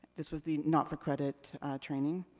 this was the not-for-credit training.